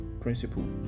principle